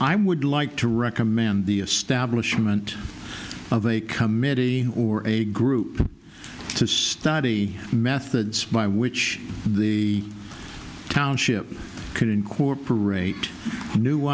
i would like to recommend the establishment of a committee or a group to study methods by which the township could incorporate new